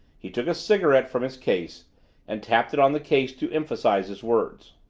he took a cigarette from his case and tapped it on the case to emphasize his words.